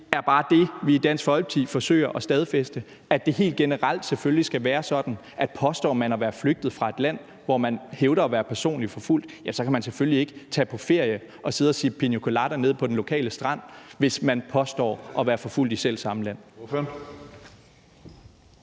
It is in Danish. Det er bare det, vi i Dansk Folkeparti forsøger at stadfæste, altså at det helt generelt selvfølgelig skal være sådan, at påstår man at være flygtet fra et land, hvor man hævder at være personligt forfulgt, kan man selvfølgelig ikke tage på ferie og sidde og sippe piña colada på den lokale strand i selv samme land.